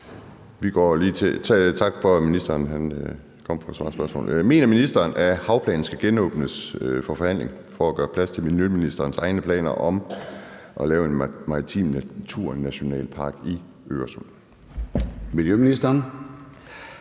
Tak for det, og tak for, at ministeren er kommet for at besvare spørgsmålet. Mener ministeren, at havplanen skal genåbnes for forhandlinger for at gøre plads til miljøministerens egne planer om at lave en maritim naturnationalpark i Øresund? Kl.